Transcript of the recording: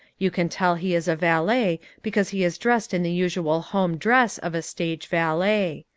you can tell he is a valet because he is dressed in the usual home dress of a stage valet.